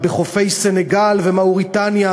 בחופי סנגל ומאוריטניה,